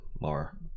more